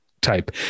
type